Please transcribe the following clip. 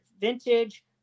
Vintage